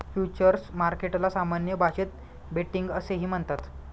futures मार्केटला सामान्य भाषेत बेटिंग असेही म्हणतात